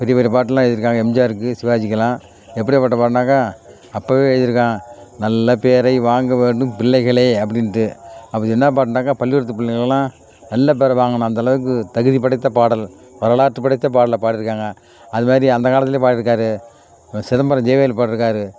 பெரிய பெரிய பாட்டெல்லாம் எழுதியிருக்காங்க எம்ஜிஆர்க்கு சிவாஜிக்கெல்லாம் எப்படியாப்பட்ட பாட்டுன்னாக்கால் அப்போவே எழுதியிருக்காங்க நல்ல பேரை வாங்க வேண்டும் பிள்ளைகளே அப்படின்ட்டு அப்படி என்ன பாட்டுன்னாக்கால் பள்ளிக்கூடத்தில் பிள்ளைங்கெல்லாம் நல்ல பேரை வாங்கணும் அந்தளவுக்கு தகுதி படைத்த பாடல் வரலாற்று படைத்த பாடலை பாடியிருக்காங்க அது மாதிரி அந்த காலத்துலேயே பாடியிருக்கார் சிதம்பரம் ஜெய்வேல் பாடியிருக்கார்